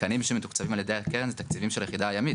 התקנים שמתוקצבים על ידי הקרן זה תקציבים של היחידה הימית,